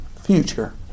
future